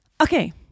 Okay